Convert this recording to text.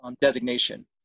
designation